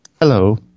Hello